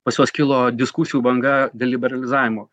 pas juos kilo diskusijų banga dėl liberalizavimo